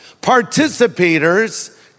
Participators